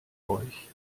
euch